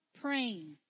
praying